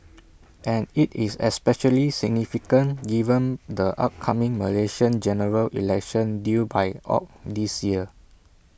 and IT is especially significant given the upcoming Malaysian General Election due by Aug this year